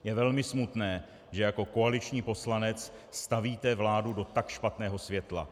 Je velmi smutné, že jako koaliční poslanec stavíte vládu do tak špatného světla.